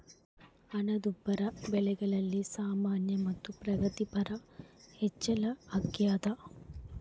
ಹಣದುಬ್ಬರ ಬೆಲೆಗಳಲ್ಲಿ ಸಾಮಾನ್ಯ ಮತ್ತು ಪ್ರಗತಿಪರ ಹೆಚ್ಚಳ ಅಗ್ಯಾದ